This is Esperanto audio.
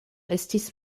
estis